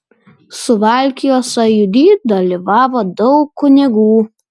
suvalkijos sąjūdy dalyvavo daug kunigų